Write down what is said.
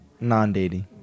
non-dating